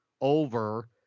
over